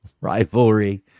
rivalry